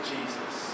Jesus